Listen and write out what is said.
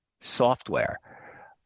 software